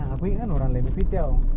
aku rasa dia tengok muka engkau